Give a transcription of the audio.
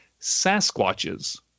Sasquatches